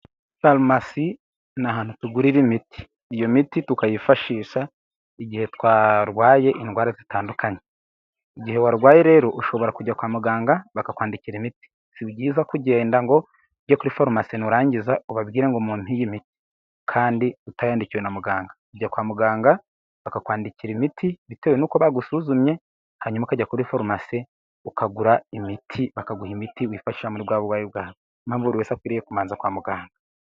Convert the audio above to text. Farumasi ni ahantu tugurira imiti. Iyo miti tukayifashisha igihe twarwaye indwara zitandukanye. Igihe warwaye rero ushobora kujya kwa muganga bakakwandikira imiti. Si byiza kugenda ngo ujye kuri farumasi nurangiza ubabwire ngo mumpe iyi imiti kandi utayandikiwe na muganga. ujya kwa muganga bakakwandikira imiti bitewe n'uko bagusuzumye, hanyuma ukajya kuri farumasi ukagura imiti bakaguha imiti wifashisha muri bwa burwayi bwawe. Niyo mpamvu buri wese akwiriye kubanza kwa muganga.